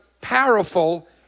powerful